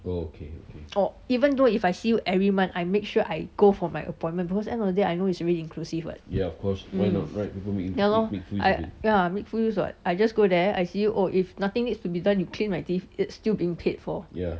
or even though if I see you every month I make sure I go for my appointment because end of the day I know it is already inclusive [what] mm ya lor I ya make full use [what] I just go there I see oh if nothing is to be done you clean my teeth it's still being paid for